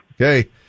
Okay